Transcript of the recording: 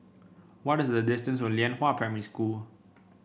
what is the distance to Lianhua Primary School